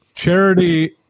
Charity